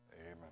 Amen